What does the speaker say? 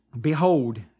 Behold